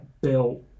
built